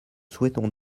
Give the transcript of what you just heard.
souhaitons